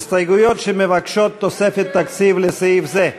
ההסתייגויות שמבקשות תוספת תקציב לסעיף זה.